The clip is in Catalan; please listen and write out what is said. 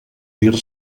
dir